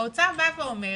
האוצר בא ואומר